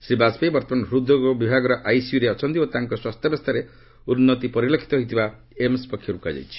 ଶ୍ରୀ ବାଜପେୟୀ ବର୍ତ୍ତମାନ ହୃଦ୍ରୋଗ ବିଭାଗର ଆଇସିୟୁରେ ଅଛନ୍ତି ଓ ତାଙ୍କ ସ୍ୱାସ୍ଥ୍ୟାବସ୍ଥାରେ ଉନ୍ନତି ପରିଲକ୍ଷିତ ହୋଇଥିବା ଏମ୍ସ ପକ୍ଷର୍ କୁହାଯାଇଛି